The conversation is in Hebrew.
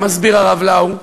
מסביר הרב לאו,